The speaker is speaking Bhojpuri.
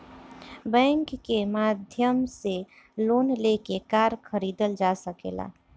बैंक के माध्यम से लोन लेके कार खरीदल जा सकेला